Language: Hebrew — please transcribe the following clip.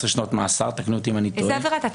15 שנות מאסר תקנו אותי אם אני טועה --- איזה עבירה?